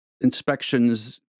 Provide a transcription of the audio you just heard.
inspections